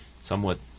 somewhat